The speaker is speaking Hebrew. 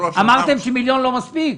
אמרתם שמיליון לא מספיק.